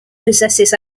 possesses